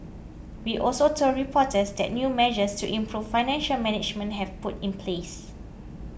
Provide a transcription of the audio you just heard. he also told reporters that new measures to improve financial management have put in place